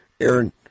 Aaron